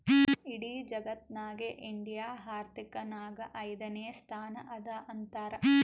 ಇಡಿ ಜಗತ್ನಾಗೆ ಇಂಡಿಯಾ ಆರ್ಥಿಕ್ ನಾಗ್ ಐಯ್ದನೇ ಸ್ಥಾನ ಅದಾ ಅಂತಾರ್